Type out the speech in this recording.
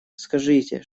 скажите